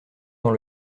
dans